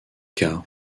cas